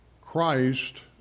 Christ